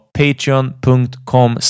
patreon.com